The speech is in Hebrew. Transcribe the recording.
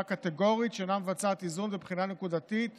קטגורית שאינה מבצעת איזון ובחינה נקודתית